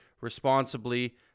responsibly